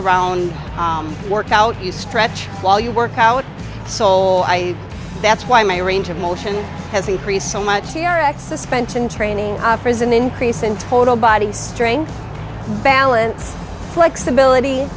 around workout you stretch while you work out soul i that's why my range of motion has increased so much eric suspension training prison increase in total body strength balance flexibility